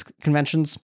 conventions